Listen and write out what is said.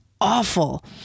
awful